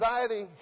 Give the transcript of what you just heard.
anxiety